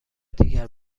دیگر